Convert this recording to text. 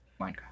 Minecraft